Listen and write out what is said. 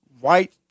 white